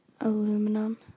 Aluminum